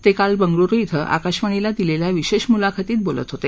ते काल बंगळुरु इथं आकाशवाणीला दिलेल्या विशेष मुलाखतीत बोलत होते